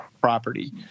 property